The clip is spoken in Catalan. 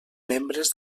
membres